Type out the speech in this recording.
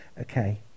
okay